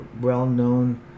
well-known